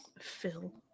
Phil